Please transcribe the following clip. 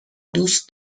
دوست